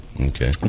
Okay